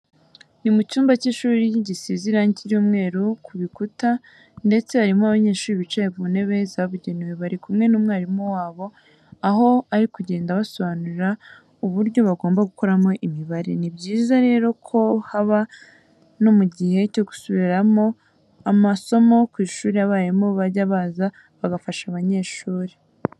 Ni mu cyumba cy'ishuri gisize irange ry'umweru ku bikuta ndetse harimo abanyeshuri bicaye mu ntebe zabugenewe. Bari kumwe n'umwarimu wabo aho ari kugenda abasobanurira ubuyo bagomba gukoramo Imibare. Ni byiza rero ko haba no mu gihe cyo gusubiramo amaso ku ishuri abarimu bajya baza bagafasha abanyeshuri.